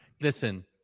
Listen